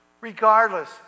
Regardless